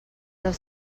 del